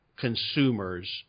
consumers